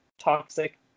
toxic